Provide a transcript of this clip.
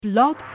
Blog